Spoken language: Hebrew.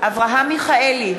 אברהם מיכאלי,